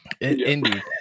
Indeed